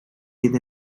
fydd